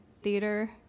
theater